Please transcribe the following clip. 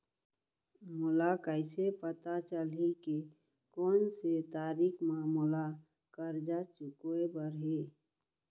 मोला कइसे पता चलही के कोन से तारीक म मोला करजा चुकोय बर हे?